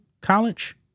College